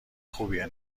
خوبیه